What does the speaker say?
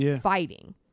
fighting